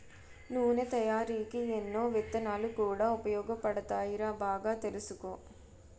నూనె తయారికీ ఎన్నో విత్తనాలు కూడా ఉపయోగపడతాయిరా బాగా తెలుసుకో